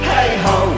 Hey-ho